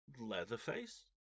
Leatherface